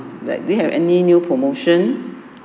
like do you have any new promotion